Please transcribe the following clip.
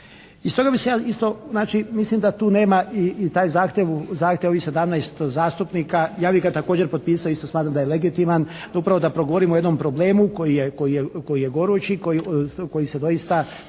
znači mislim da tu nema i taj zahtjev, u zahtjevu ovih 17 zastupnika. Ja bih ga također potpisao, isto smatram da je legitiman. Upravo da progovorimo o jednom problemu koji je gorući. Koji se doista